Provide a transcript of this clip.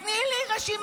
אז תני לי רשימה,